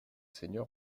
seigneurs